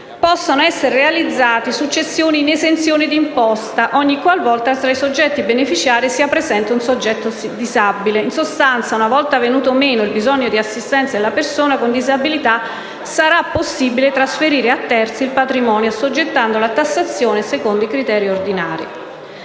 possano essere realizzate successioni in esenzione di imposta, ogni qual volta tra i soggetti beneficiari sia presente un soggetto disabile. In sostanza, una volta venuto meno il bisogno di assistenza della persona con disabilità, sarà possibile trasferire a terzi il patrimonio, assoggettandolo a tassazione secondo i criteri ordinari.